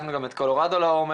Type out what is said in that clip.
בדקנו גם את קולורדו לעומק.